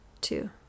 two